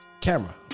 camera